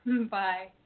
Bye